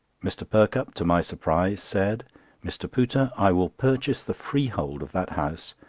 mr. perkupp, to my surprise, said mr. pooter, i will purchase the freehold of that house,